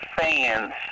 fans